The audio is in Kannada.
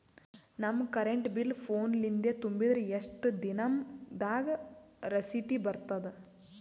ನಮ್ ಕರೆಂಟ್ ಬಿಲ್ ಫೋನ ಲಿಂದೇ ತುಂಬಿದ್ರ, ಎಷ್ಟ ದಿ ನಮ್ ದಾಗ ರಿಸಿಟ ಬರತದ?